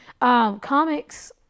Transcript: comics